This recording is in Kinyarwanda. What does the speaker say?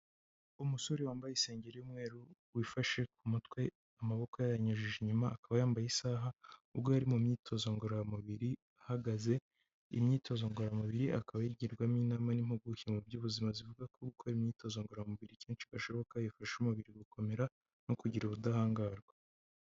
Umusore wambaye isengeri y'umweru wifashe ku mutwe, amaboko yayanyujije inyuma, akaba yambaye isaha, ubwo yari mu myitozo ngororamubiri, ahagaze, imyitozo ngoramubiri akaba ayigirwamo inama n'impuguke mu by'ubuzima, zivuga ko gukora imyitozo ngororamubiri kenshi gashoboka, ifasha umubiri gukomera no kugira ubudahangarwa.